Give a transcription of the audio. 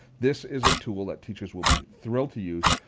this is a tool that teachers will be thrilled to use.